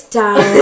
down